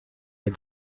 les